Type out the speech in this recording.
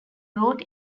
brought